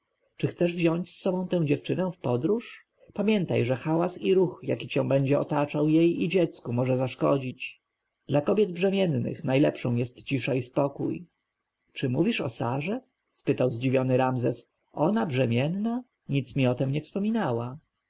chcesz wziąć z sobą tę dziewczynę w podróż pamiętaj że hałas i ruch jaki cię będzie otaczał jej i dziecku może zaszkodzić dla kobiet brzemiennych najlepszą jest cisza i spokój czy mówisz o sarze spytał zdziwiony ramzes ona brzemienna nic mi o tem nie wspomniała